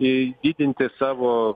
į didinti savo